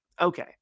Okay